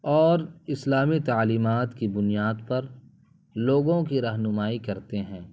اور اسلامی تعلیمات کی بنیاد پر لوگوں کی رہنمائی کرتے ہیں